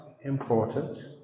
important